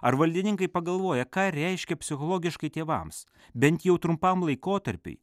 ar valdininkai pagalvoja ką reiškia psichologiškai tėvams bent jau trumpam laikotarpiui